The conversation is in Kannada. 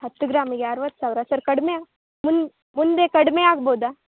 ಹತ್ತು ಗ್ರಾಮಿಗೆ ಅರ್ವತ್ತು ಸಾವಿರ ಸರ್ ಕಡಿಮೆ ಮುನ್ನ ಮುಂದೆ ಕಡಿಮೆ ಆಗ್ಬೋದ